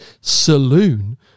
Saloon